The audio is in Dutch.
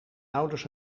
ouders